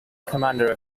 commander